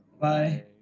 Bye